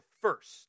first